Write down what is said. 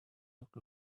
look